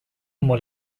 como